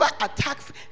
attacks